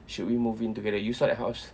should we move in together you saw that house